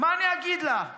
מה אני אגיד לה,